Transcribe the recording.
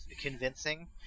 convincing